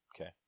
Okay